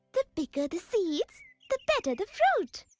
the bigger the seeds the better the fruit!